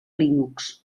linux